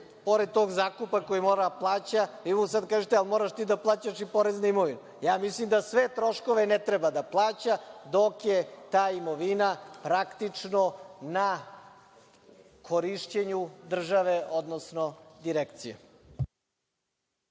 pored tog zakupa koji mora da plaća, evo sada kažete - ali moraš ti da plaćaš i porez na imovinu. Ja mislim da sve troškove ne treba da plaća dok je ta imovina praktično na korišćenju države, odnosno direkcije.